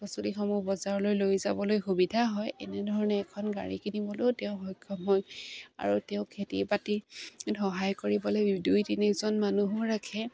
শাক পাচলিসমূহ বজাৰলৈ লৈ যাবলৈ সুবিধা হয় এনেধৰণে এখন গাড়ী কিনিবলৈও তেওঁ সক্ষম হয় আৰু তেওঁ খেতি বাতিত সহায় কৰিবলে দুই তিনিজন মানুহো ৰাখে